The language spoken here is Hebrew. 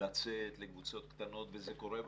לצאת לקבוצות קטנות וזה קורה בשטח.